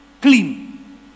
clean